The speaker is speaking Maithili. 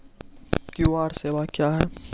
क्यू.आर सेवा क्या हैं?